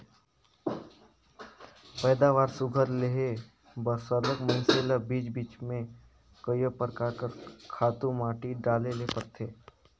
पएदावारी सुग्घर लेहे बर सरलग मइनसे ल बीच बीच में कइयो परकार कर खातू माटी डाले ले परथे